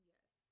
Yes